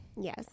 Yes